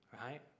right